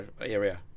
area